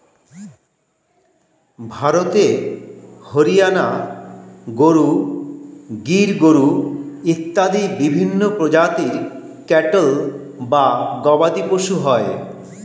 ভারতে হরিয়ানা গরু, গির গরু ইত্যাদি বিভিন্ন প্রজাতির ক্যাটল বা গবাদিপশু হয়